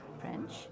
French